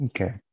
Okay